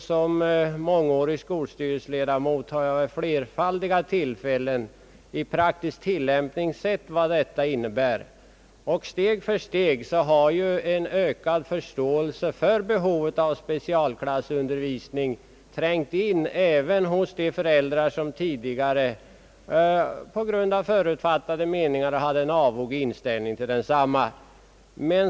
Som mångårig skolstyrelseledamot har jag vid flerfaldiga tillfällen i praktisk tillämpning sett vad detta system innebär, även om steg för steg en ökad förståelse för behovet av specialklassundervisning har trängt in även hos de föräldrar, som tidigare på grund av förutfattade meningar hade en avog inställning till densamma.